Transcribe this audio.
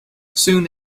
soon